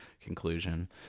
conclusion